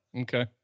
Okay